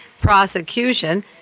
prosecution